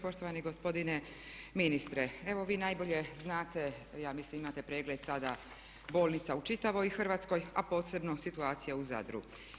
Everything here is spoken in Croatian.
Poštovani gospodine ministre evo vi najbolje znate, ja mislim imate pregled sada bolnica u čitavoj Hrvatskoj a posebno situacija u Zadru.